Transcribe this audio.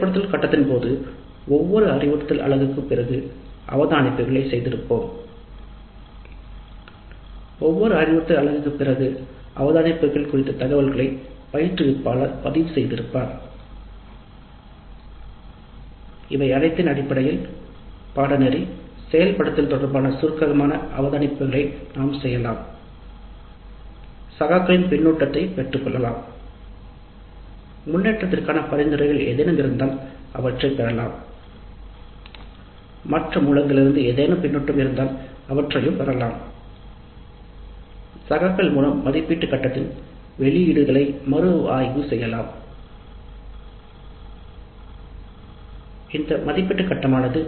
செயல்படுத்தும் கட்டத்தின் போது ஒவ்வொரு அறிவுறுத்தல் அலகுக்கும் பிறகு அவதானிப்புகள் குறித்த தகவல்களை பயிற்றுவிப்பாளர் பதிவு செய்திருப்பார் இவை அனைத்தையும் அடிப்படையாகக் கொண்டு செயல்படுத்தல் தொடர்பான சுருக்கமான அவதானிப்புகளை நாம் செய்யலாம் முன்னேற்றத்திற்கான பரிந்துரைகள் ஏதேனும் இருந்தால் அவற்றை பெறலாம் இவற்றைக்கொண்டு மதிப்பீட்டு கட்டம் மதிப்பாய்வு செய்யப்படுகிறது